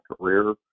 career